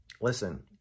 Listen